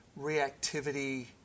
reactivity